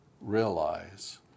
realize